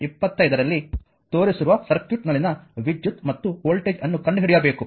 25ರಲ್ಲಿ ತೋರಿಸಿರುವ ಸರ್ಕ್ಯೂಟ್ನಲ್ಲಿನ ವಿದ್ಯುತ್ ಮತ್ತು ವೋಲ್ಟೇಜ್ ಅನ್ನು ಕಂಡು ಹಿಡಿಯಬೇಕು